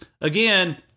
Again